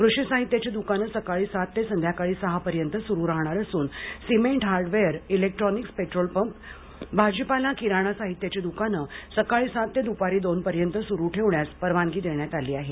कृषी साहित्याची दुकाने सकाळी सात ते सायंकाळी सहावाजेपर्यंत सुरू राहणार असून सिमेंट हार्डवेअर इलेक्ट्रॉनिक्स पेट्रोलपंप भाजीपाला किराणा साहित्याची दुकाने सकाळी सात ते द्पारी दोन वाजेपर्यंत सुरू ठेवण्यास परवानगी देण्यात आली आहे